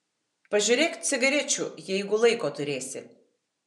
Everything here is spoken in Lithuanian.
pažiūrėk cigarečių jeigu laiko turėsi